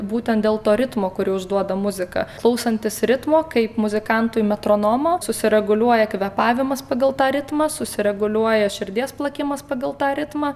būtent dėl to ritmo kurį užduoda muzika klausantis ritmo kaip muzikantui metronomo susireguliuoja kvėpavimas pagal tą ritmą susireguliuoja širdies plakimas pagal tą ritmą